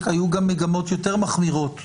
היו גם מגמות יותר מחמירות בקואליציה.